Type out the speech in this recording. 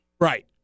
Right